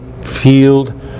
field